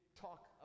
talk